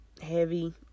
heavy